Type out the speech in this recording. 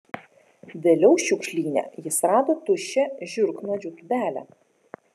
vėliau šiukšlyne jis rado tuščią žiurknuodžių tūbelę